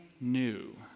new